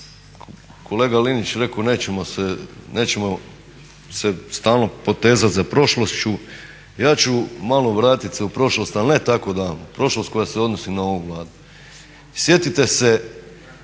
kolega Linić rekao nećemo se stalno potezati za prošlost, ja ću malo vratiti se u prošlost ali ne tako davnu, prošlost koja se odnosi na ovu Vladu. Sjetite se